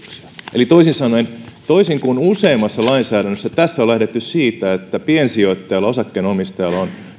sijoituksia toisin sanoen toisin kuin useimmiten lainsäädännössä tässä on lähdetty siitä että piensijoittajalla osakkeenomistajalla on